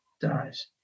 dies